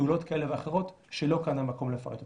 פעולות כאלה ואחרות שלא כאן המקום לפרט אותן.